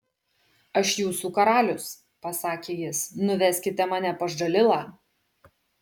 aš jūsų karalius pasakė jis nuveskite mane pas džalilą